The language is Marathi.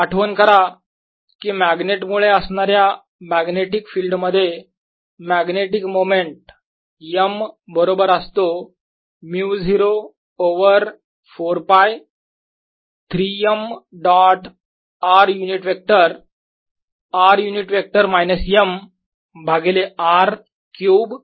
आठवण करा कि मॅग्नेट मुळे असणाऱ्या मॅग्नेटिक फिल्ड मध्ये मॅग्नेटिक मोमेंट m बरोबर असतो μ0 over 4 π 3 m dot r unit vector r unit vector minus m भागिले R क्यूब